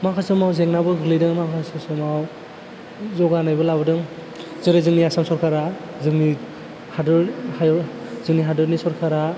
माखासे समाव जेंनाबो गोग्लैदों माखासे समाव जौगानायबो लाबोदों जेरै जोंनि आसाम सरकारा जोंनि हादोर हायुं जोंनि हादोरनि सरकारा